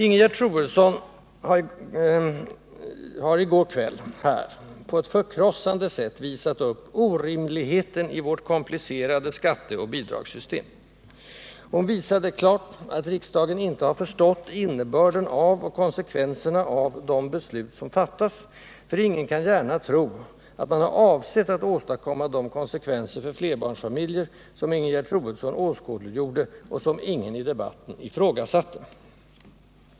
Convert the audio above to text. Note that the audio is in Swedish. Ingegerd Troedsson visade här i kammaren i går kväll på ett förkrossande sätt orimligheten i vårt komplicerade skatteoch bidragssystem. Hon visade klart att riksdagen inte har förstått innebörden och konsekvenserna av de beslut som fattats. Ingen kan gärna tro att man avsett att åstadkomma de konsekvenser för flerbarnsfamiljer som Ingegerd Troedsson åskådliggjorde och som ingen i debatten ifrågasatte.